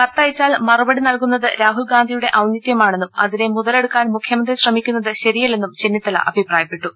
കത്തയച്ചാൽ മറുപടി നൽകുന്നത് രാഹുൽ ഗാന്ധിയുടെ ഔന്ന തൃമാണെന്നും അതിനെ മുതലെടുക്കാൻ മുഖ്യമന്ത്രി ശ്രമിക്കുന്നത് ശരിയല്ലെന്നും ചെന്നിത്തല അഭിപ്രായപ്പെട്ടു